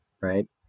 right